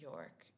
York